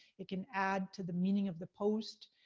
it could add to the meaning of the post.